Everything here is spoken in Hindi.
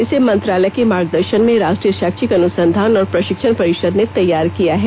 इसे मंत्रालय के मार्गदर्शन में राष्ट्रीय शैक्षिक अनुसंधान और प्रशिक्षण परिषद् ने तैयार किया है